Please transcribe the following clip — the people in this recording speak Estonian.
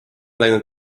läinud